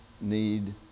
need